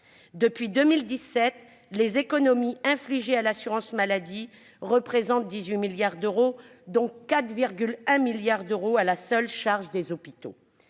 Depuis 2017, les économies infligées à l'assurance maladie représentent 18 milliards d'euros, dont 4,1 milliards sont à la seule charge des hôpitaux.